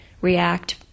react